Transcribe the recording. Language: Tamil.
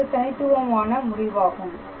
இது ஒரு தனித்துவமான முடிவாகும்